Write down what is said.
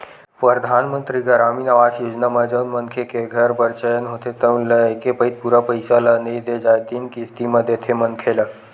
परधानमंतरी गरामीन आवास योजना म जउन मनखे के घर बर चयन होथे तउन ल एके पइत पूरा पइसा ल नइ दे जाए तीन किस्ती म देथे मनखे ल